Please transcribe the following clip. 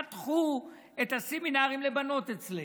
חתכו את הסמינרים לבנות אצלנו,